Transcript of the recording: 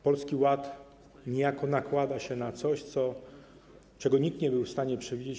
Polski Ład niejako nakłada się na coś, czego nikt nie był w stanie przewidzieć.